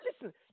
listen